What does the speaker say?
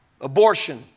Abortion